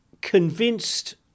convinced